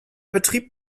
betrieb